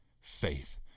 faith